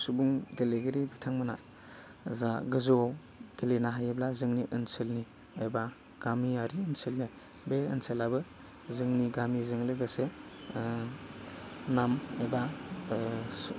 सुबुं गेलेगिरि बिथांमोना जा गोजौवाव गेलेनो हायोब्ला जोंनि ओनसोलनि एबा गामियारि ओनसोलनि बे ओनसोलाबो जोंनि गामिजों लोगोसे नाम एबा